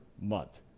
month